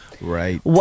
Right